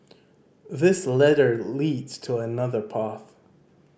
this ladder leads to another path